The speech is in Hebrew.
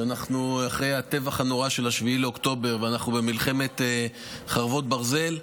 כשאנחנו אחרי הטבח הנורא של 7 באוקטובר ואנחנו במלחמת חרבות ברזל,